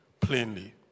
plainly